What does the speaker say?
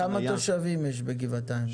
כמה תושבים יש בגבעתיים?